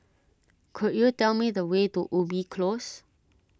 could you tell me the way to Ubi Close